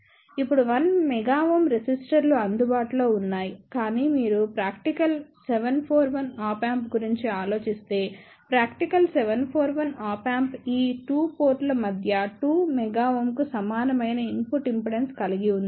ఇప్పుడు 1 MΩ రెసిస్టర్లు అందుబాటులో ఉన్నాయి కానీ మీరు ప్రాక్టికల్ 741 ఆప్ యాంప్ గురించి ఆలోచిస్తే ప్రాక్టికల్ 741 ఆప్ యాంప్ ఈ 2 పోర్టుల మధ్య 2 MΩ కు సమానమైన ఇన్పుట్ ఇంపిడెన్స్ కలిగి ఉంది